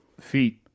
feet